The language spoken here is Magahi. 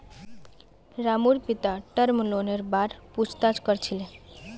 रामूर पिता टर्म लोनेर बार पूछताछ कर छिले